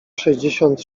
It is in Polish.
sześćdziesiąt